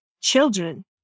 children